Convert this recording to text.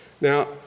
Now